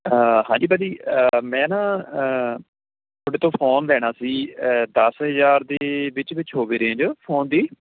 ਹਾਂਜੀ ਭਾਅ ਜੀ ਮੈਂ ਨਾ ਤੁਹਾਡੇ ਤੋਂ ਫੋਨ ਲੈਣਾ ਸੀ ਦਸ ਹਜ਼ਾਰ ਦੇ ਵਿੱਚ ਵਿੱਚ ਹੋਵੇ ਰੇਂਜ ਫੋਨ ਦੀ